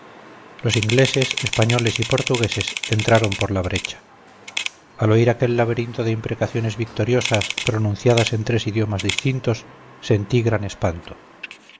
los ingleses españoles y portugueses entraron por la brecha al oír aquel laberinto de imprecaciones victoriosas pronunciadas en tres idiomas distintos sentí gran espanto